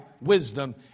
wisdom